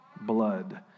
blood